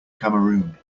cameroon